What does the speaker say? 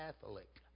Catholic